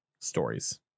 stories